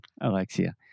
Alexia